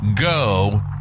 go